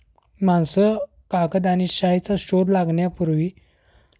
माणसं कागद आणि शाईचा शोध लागण्यापूर्वी